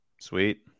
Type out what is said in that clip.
Sweet